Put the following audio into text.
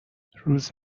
روز